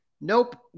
Nope